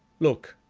look,